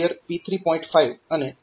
5 અને CLR P3